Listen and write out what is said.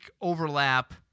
overlap